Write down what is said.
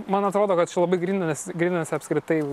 man atrodo kad čia labai gryninasi gryninasi apskritai